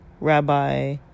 Rabbi